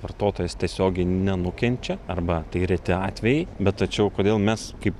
vartotojas tiesiogiai nenukenčia arba tai reti atvejai bet tačiau kodėl mes kaip